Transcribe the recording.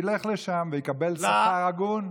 ילך לשם ויקבל שכר הגון,